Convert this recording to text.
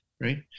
Right